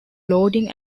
loading